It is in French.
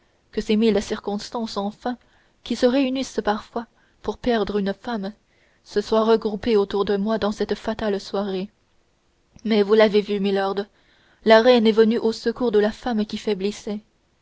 que ces mille circonstances enfin qui se réunissent parfois pour perdre une femme se soient groupées autour de moi dans cette fatale soirée mais vous l'avez vu milord la reine est venue au secours de la femme qui faiblissait